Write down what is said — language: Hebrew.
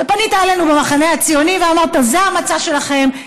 פנית אלינו במחנה הציוני ואמרת: זה המצע שלכם,